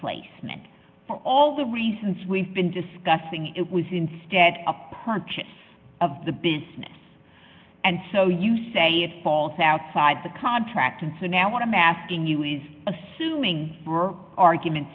placement all the reasons we've been discussing it was instead a purchase of the business and so you say it falls outside the contract and so now what i'm asking you is assuming for argument's